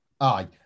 Aye